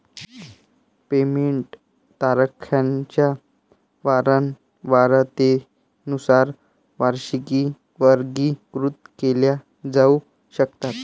payment तारखांच्या वारंवारतेनुसार वार्षिकी वर्गीकृत केल्या जाऊ शकतात